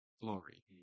glory